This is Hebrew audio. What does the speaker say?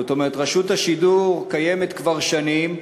רשות השידור קיימת כבר שנים,